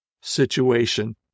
situation